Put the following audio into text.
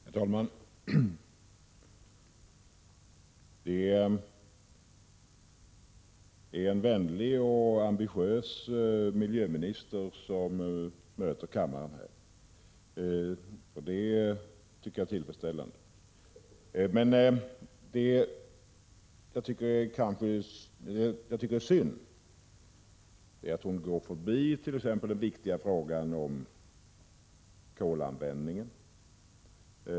Herr talman! Det är en vänlig och ambitiös miljöminister som här möter kammaren. Det tycker jag är tillfredsställande. Men jag tycker det är synd att hon går förbi t.ex. den viktiga frågan om kolanvändningen.